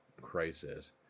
crisis